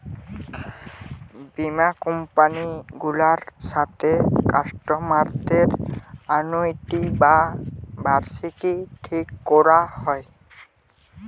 বীমা কোম্পানি গুলার সাথে কাস্টমারদের অ্যানুইটি বা বার্ষিকী ঠিক কোরা হয়